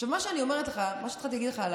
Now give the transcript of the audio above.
מה שהתחלתי להגיד לך על